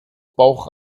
bauch